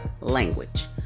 language